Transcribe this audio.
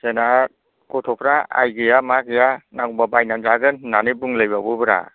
जोंना गथ'फ्रा आय गैया मा गैया नांगौब्ला बायना जागोन होननानै बुंलायबावोब्रा